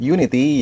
Unity